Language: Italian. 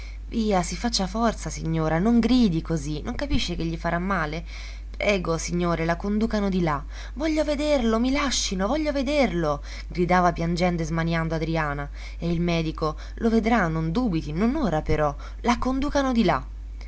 via si faccia forza signora non gridi così non capisce che gli farà male prego signore la conducano di là voglio vederlo i lascino voglio vederlo gridava piangendo e smaniando adriana e il medico lo vedrà non dubiti non ora però la conducano di là